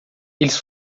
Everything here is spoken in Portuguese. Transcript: eles